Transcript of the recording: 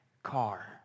Car